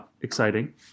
exciting